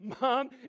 mom